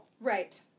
Right